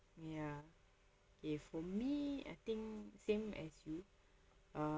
ya if for me I think same as you